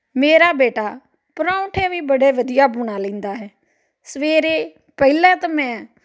ਮੇਰਾ ਬੇਟਾ ਪਰੌਂਠੇ ਵੀ ਬੜੇ ਵਧੀਆ ਬਣਾ ਲੈਂਦਾ ਹੈ ਸਵੇਰੇ ਪਹਿਲਾਂ ਤਾਂ ਮੈਂ